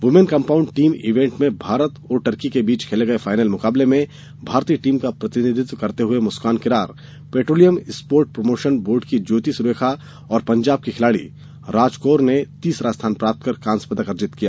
women compound team event में भारत और Turkey के बीच खेले गए फायनल मुकाबले में भारतीय टीम का प्रतिनिधित्व करते हुए Muskan Kirar Petroleum Sports Promotion Board की ज्योति सुरेखा तथा पंजाब की खिलाड़ी राजकौर ने तीसरा स्थान प्राप्त कर कांस्य पदक अर्जित किया